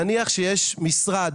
נניח שיש משרד